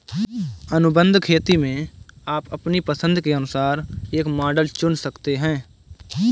अनुबंध खेती में आप अपनी पसंद के अनुसार एक मॉडल चुन सकते हैं